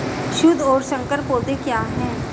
शुद्ध और संकर पौधे क्या हैं?